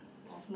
small